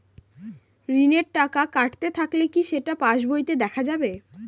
ঋণের টাকা কাটতে থাকলে কি সেটা পাসবইতে দেখা যাবে?